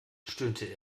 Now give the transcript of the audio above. stöhnte